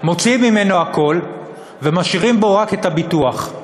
מוציאים ממנו הכול ומשאירים בו רק את הביטוח.